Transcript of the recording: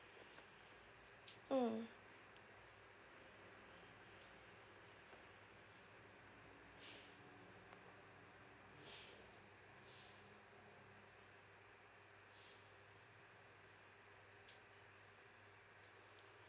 mm